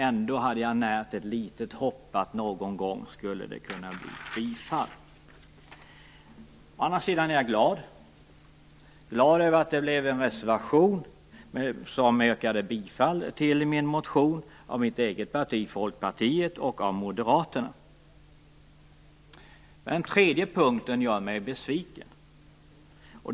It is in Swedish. Ändå hade jag närt ett litet hopp om att det någon gång skulle kunna bli bifall. För det andra är jag glad. Jag är glad över att det blev en reservation som yrkar bifall till min motion av mitt eget parti, Folkpartiet, och av Moderaterna. För det tredje är jag besviken på en punkt.